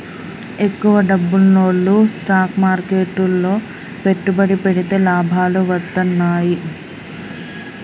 ఎక్కువ డబ్బున్నోల్లు స్టాక్ మార్కెట్లు లో పెట్టుబడి పెడితే లాభాలు వత్తన్నయ్యి